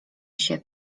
się